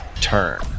turn